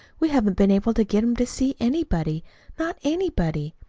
we haven't been able to get him to see anybody not anybody.